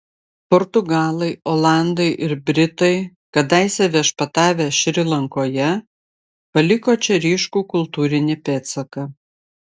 portugalai olandai ir britai kadaise viešpatavę šri lankoje paliko čia ryškų kultūrinį pėdsaką